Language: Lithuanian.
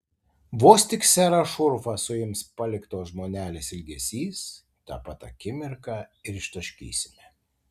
vos tik serą šurfą suims paliktos žmonelės ilgesys tą pat akimirką ir ištaškysime